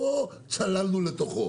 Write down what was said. לא צללנו לתוכו,